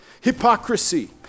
hypocrisy